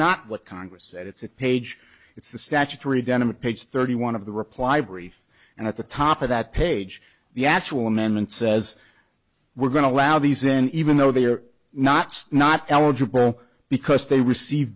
not what congress and it's at page it's the statutory denim of page thirty one of the reply brief and at the top of that page the actual amendment says we're going to allow these in even though they are not not eligible because they receive